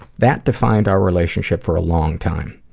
that defined our relationship for a long time.